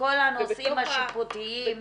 בכל הנושאים השיפוטיים --- אני מבינה שאנחנו שוגות.